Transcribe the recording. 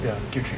ya guilt trip